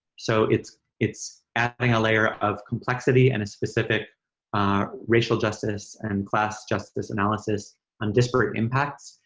so it's it's adding a layer of complexity and a specific racial justice and class justice analysis on disparate impacts.